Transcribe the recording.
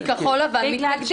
למה, כי כחול לבן מתנגדים.